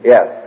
Yes